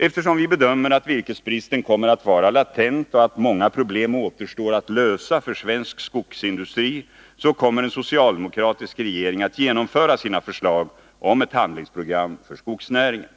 Eftersom vi bedömer att virkesbristen kommer att vara latent och att många problem återstår att lösa för svensk skogsindustri, kommer en socialdemokratisk regering att genomföra sina förslag om ett handlingsprogram för skogsnäringen.